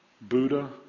Buddha